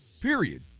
Period